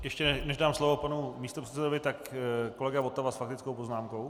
Ještě než dám slovo panu místopředsedovi, kolega Votava s faktickou poznámkou.